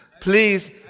Please